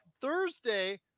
Thursday